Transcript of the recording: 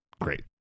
Great